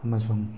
ꯑꯃꯁꯨꯡ